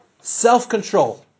Self-control